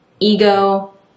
ego